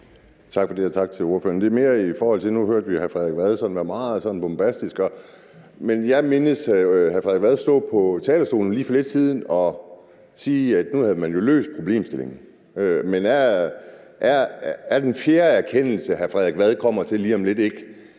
Tak for det, og tak til ordføreren. Det er mere i forhold til, at vi nu hørte hr. Frederik Vad være meget sådan bombastisk, men jeg mindes jo at have hørt hr. Frederik Vad stå på talerstolen lige for lidt siden og sige, at nu havde man løst problemstillingen. Men er den fjerde erkendelse, hr. Frederik Vad lige om lidt kommer